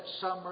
summer